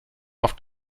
oft